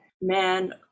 man